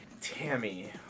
Tammy